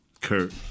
Kurt